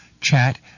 chat